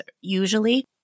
usually